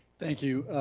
thank you.